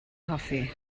hoffi